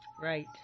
right